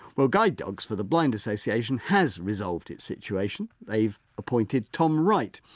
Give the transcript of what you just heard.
well guide dogs for the blind association has resolved its situation, they've appointed tom wright.